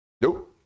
Nope